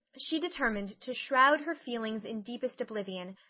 she determined to shroud her feelings in deepest oblivion,